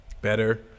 Better